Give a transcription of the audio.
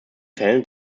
fällen